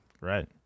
Right